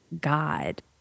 God